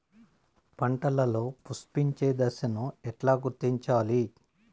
పంటలలో పుష్పించే దశను ఎట్లా గుర్తించాలి?